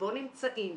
שבו נמצאים,